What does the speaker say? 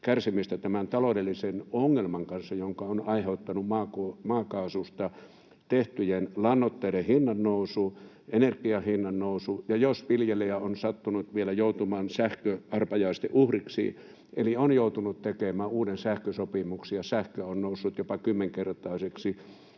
kärsimystä tämän taloudellisen ongelman kanssa, jonka ovat aiheuttaneet maakaasusta tehtyjen lannoitteiden hinnannousu ja energian hinnannousu, ja jos viljelijä on sattunut vielä joutumaan sähköarpajaisten uhriksi — eli on joutunut tekemään uuden sähkösopimuksen, ja sähkö on noussut jopa kymmenkertaiseksi